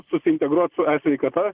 susiintegruot su esveikata